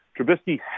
Trubisky